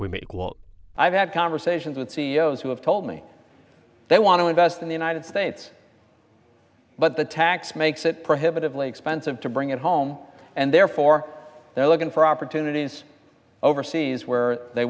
we make well i've had conversations with c e o s who have told me they want to invest in the united states but the tax makes it prohibitively expensive to bring it home and therefore they're looking for opportunities overseas where they